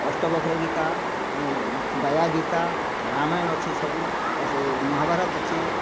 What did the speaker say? ଅଷ୍ଟବକ୍ର ଗୀତା ବାୟା ଗୀତା ରାମାୟଣ ଅଛି ସବୁ ମହାଭାରତ ଅଛି